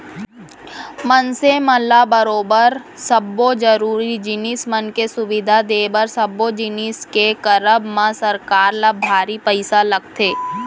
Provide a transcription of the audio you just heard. मनसे मन ल बरोबर सब्बो जरुरी जिनिस मन के सुबिधा देय बर सब्बो जिनिस के करब म सरकार ल भारी पइसा लगथे